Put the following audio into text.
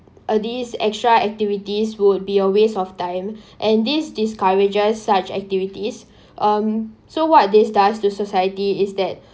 all these extra activities would be a waste of time and this discourages such activities um so what this does to society is that